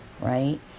right